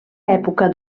època